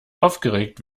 aufgeregt